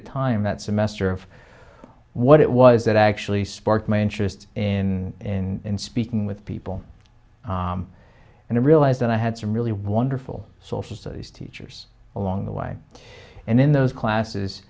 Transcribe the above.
of time that semester of what it was that actually sparked my interest in speaking with people and i realized that i had some really wonderful social studies teachers along the way and in those classes